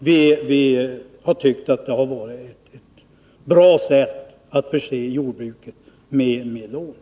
Vi tycker att detta har varit ett bra sätt att förse jordbruket med lån.